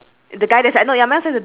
eh oh mine got no health eh